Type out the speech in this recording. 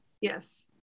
Yes